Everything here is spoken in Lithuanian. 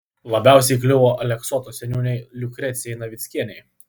labiausiai kliuvo aleksoto seniūnei liukrecijai navickienei